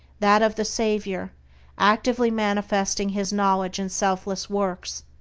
that of the savior actively manifesting his knowledge in selfless works,